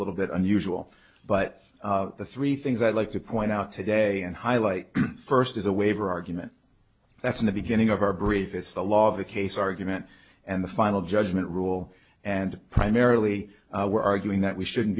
little bit unusual but the three things i'd like to point out today and highlight first is a waiver argument that's in the beginning of our brief it's the law of the case argument and the final judgment rule and primarily we're arguing that we shouldn't